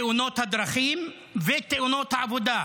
תאונות הדרכים ותאונות העבודה.